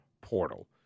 portal